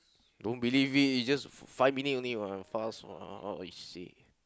don't believe it it's just five minute only what fast what I say